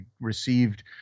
received